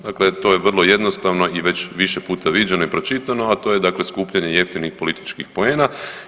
Dakle, to je vrlo jednostavno i već više puta viđeno i pročitano, a to je dakle skupljanje jeftinih političkih poena.